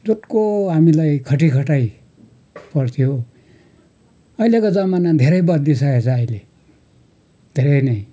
हामीलाई खटिखटाइ पर्थ्यो अहिलेको जमाना धेरै बद्ली सकेको छ अहिले धेरै नै